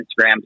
Instagram